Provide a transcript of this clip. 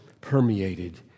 permeated